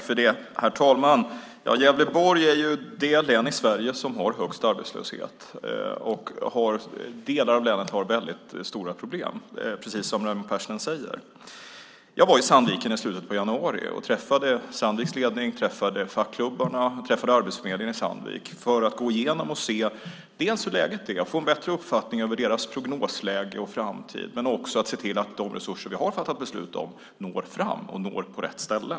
Herr talman! Gävleborg är det län i Sverige som har högst arbetslöshet. Delar av länet har väldigt stora problem, precis som Raimo Pärssinen säger. Jag var i Sandviken i slutet av januari. Jag träffade Sandviks ledning, fackklubbarna och Arbetsförmedlingen i Sandviken. Det är för att gå igenom och se hur läget är, för att få en bättre uppfattning om deras prognosläge och framtid men också för att se till att de resurser vi har fattat beslut om når fram och till rätt ställe.